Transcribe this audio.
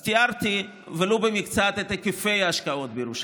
אז תיארתי, ולו במקצת, את היקפי ההשקעות בירושלים,